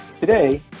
Today